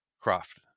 Croft